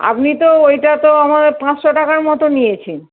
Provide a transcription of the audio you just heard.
আপনি তো ওইটা তো আমায় পাঁচশো টাকার মতো নিয়েছেন